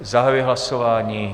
Zahajuji hlasování.